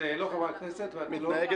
את לא חברת כנסת, גברתי, אני מצטער.